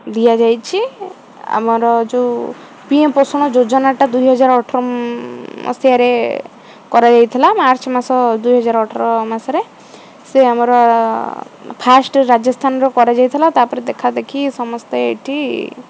ଦିଆଯାଇଛି ଆମର ଯୋଉ ପିଏମ୍ ପୋଷଣ ଯୋଜନାଟା ଦୁଇହଜାର ଅଠର ମସିହାରେ କରାଯାଇଥିଲା ମାର୍ଚ୍ଚ ମାସ ଦୁଇହଜାର ଅଠର ମସିହାରେ ସେ ଆମର ଫାର୍ଷ୍ଟ ରାଜସ୍ଥାନର କରାଯାଇଥିଲା ତା'ପରେ ଦେଖାଦେଖି ସମସ୍ତେ ଏଠି